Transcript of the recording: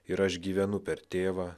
ir aš gyvenu per tėvą